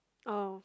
oh